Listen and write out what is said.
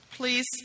Please